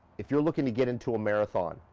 if you're looking to get into a marathon,